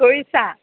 কৰিছা